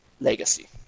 Legacy